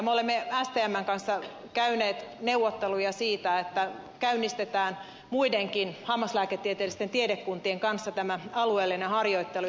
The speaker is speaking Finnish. me olemme stmn kanssa käyneet neuvotteluja siitä että käynnistetään muidenkin hammaslääketieteellisten tiedekuntien kanssa tämä alueellinen harjoittelu